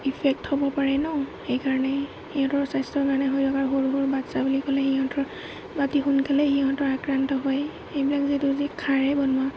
effect হ'ব পাৰে ন সেইকাৰণে সিহঁতৰ স্বাস্থ্যৰ কাৰণে হয় কাৰণ সৰু সৰু বাচ্ছা বুলি ক'লে সিহঁতৰ অতি সোনকালেই সিহঁতৰ আক্ৰান্ত হয় এইবিলাক যিহেতু যি খাৰে বনোৱা